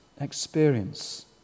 experience